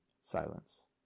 Silence